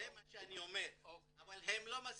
זה מה שאני אומר, אבל הם לא מסכימים,